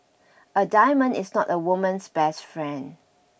a diamond is not a woman's best friend